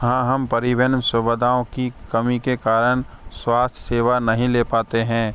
हाँ हम परिवहन सुवधाओं की कमी के कारण स्वास्थ्य सेवा नहीं ले पाते हैं